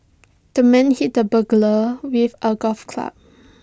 the man hit the burglar with A golf club